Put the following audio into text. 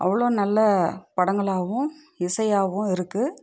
அவ்வளோ நல்ல படங்களாகவும் இசையாகவும் இருக்குது